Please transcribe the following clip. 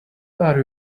are